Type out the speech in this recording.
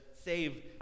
save